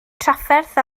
trafferth